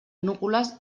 núcules